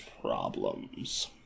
problems